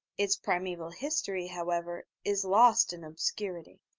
its primeval history, however, is lost in obscurity.